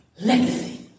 Legacy